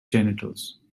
genitals